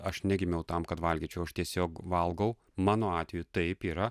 aš negimiau tam kad valgyčiau aš tiesiog valgau mano atveju taip yra